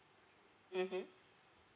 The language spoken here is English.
mmhmm